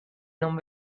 non